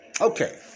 Okay